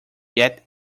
yet